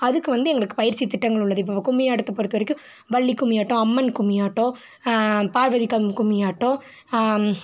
அதுக்கு வந்து எங்களுக்குப் பயிற்சி திட்டங்கள் உள்ளது இப்போ நம்ம கும்மி ஆட்டத்தை பொறுத்த வரைக்கும் வள்ளி கும்மி ஆட்டம் அம்மன் கும்மி ஆட்டம் பார்வதி கும்மி ஆட்டம்